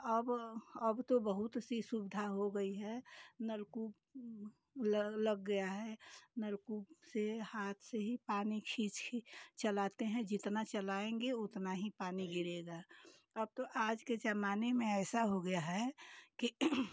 अब अब तो बहुत सी सुविधा हो गई है नलकूप लग गया है नलकूप से हाथ से ही पानी खींच खींच के चलाते हैं जितना चलाएँगे उतना ही पानी गिरेगा अब तो आज के ज़माने में ऐसा हो गया है कि